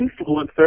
influencer